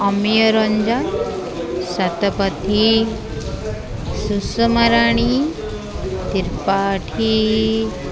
Amiyaranjan Satapathy Sushmarani Tripathy